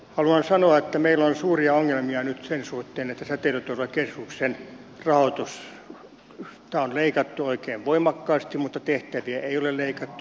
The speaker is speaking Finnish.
haluan sanoa että meillä on suuria ongelmia nyt sen suhteen että säteilyturvakeskuksen rahoitusta on leikattu oikein voimakkaasti mutta tehtäviä ei ole leikattu